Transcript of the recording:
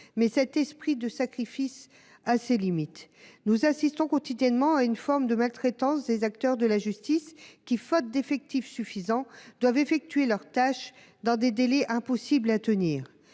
cet esprit de sacrifice a ses limites. Nous assistons quotidiennement à une forme de maltraitance des acteurs de la justice, qui, faute d’effectifs suffisants, doivent effectuer leurs tâches dans des délais impossibles à tenir.